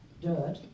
dirt